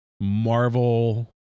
Marvel